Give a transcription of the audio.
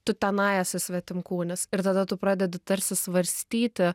tu tenai esi svetimkūnis ir tada tu pradedi tarsi svarstyti